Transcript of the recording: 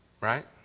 Right